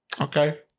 okay